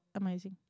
amazing